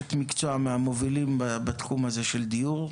כאשת מקצוע מהמובילים בתחום הזה של דיור,